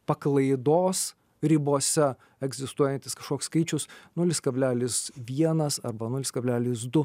paklaidos ribose egzistuojantis kažkoks skaičius nulis kablelis vienas arba nulis kablelis du